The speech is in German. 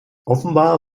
offenbar